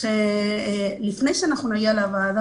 לפני שאנחנו נגיע לוועדה,